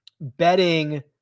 betting